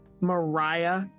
Mariah